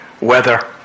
Weather